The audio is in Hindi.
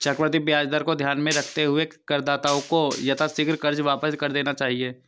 चक्रवृद्धि ब्याज दर को ध्यान में रखते हुए करदाताओं को यथाशीघ्र कर्ज वापस कर देना चाहिए